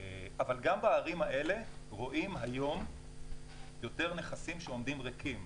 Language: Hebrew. אבל גם בערים האלה רואים היום יותר נכסים שעומדים ריקים.